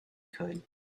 could